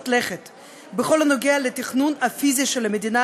לכת בכל הנוגע לתכנון הפיזי של המדינה,